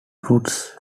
fruits